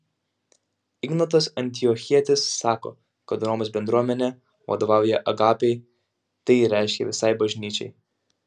ignotas antiochietis sako kad romos bendruomenė vadovauja agapei tai reiškia visai bažnyčiai